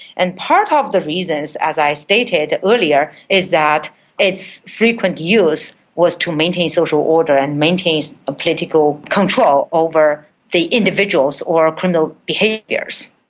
and part ah of the reason, as i stated earlier, is that its frequent use was to maintain social order and maintain political control over the individuals or criminal behaviours.